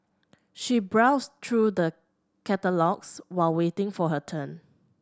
she browsed through the catalogues while waiting for her turn